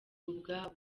ubwabo